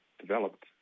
developed